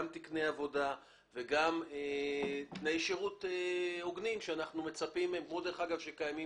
גם תקני עבודה וגם תנאי שירות הוגנים שאנחנו מצפים מהם,